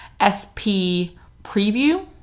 SPPreview